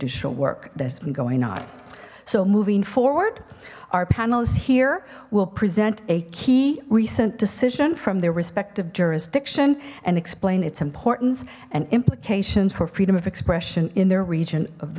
traditional work that's been going on so moving forward our panelists here will present a key recent decision from their respective jurisdiction and explain its importance and implications for freedom of expression in their region of the